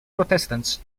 protestants